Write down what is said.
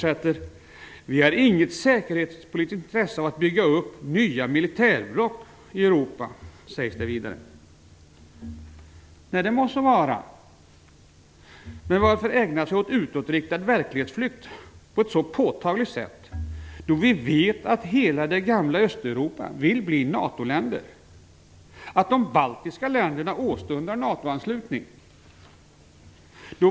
Vi har inget säkerhetpolitiskt intresse av att det byggs upp nya militärblock i Europa." Nej, det må så vara. Men varför ägna sig åt utåtriktad verklighetsflykt på detta sätt? Vi vet ju att hela gamla Östeuropa vill bli NATO-länder och att de baltiska länderna åstundar NATO-anslutning.